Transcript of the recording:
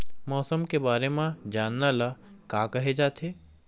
मौसम के बारे म जानना ल का कहे जाथे?